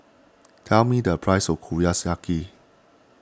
tell me the price of